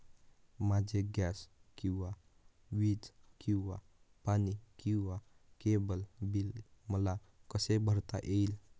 माझे गॅस किंवा वीज किंवा पाणी किंवा केबल बिल मला कसे भरता येईल?